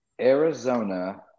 Arizona